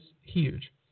huge